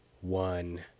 one